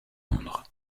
londres